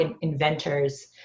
inventors